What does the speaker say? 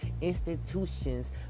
institutions